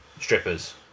strippers